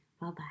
Bye-bye